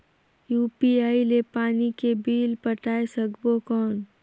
UPI ले पानी के बिल पटाय सकबो कौन?